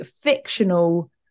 fictional